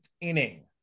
inning